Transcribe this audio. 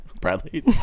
Bradley